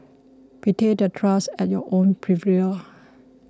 betray that trust at your own peril